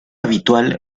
habitual